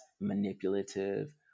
manipulative